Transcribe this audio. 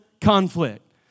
conflict